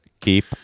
keep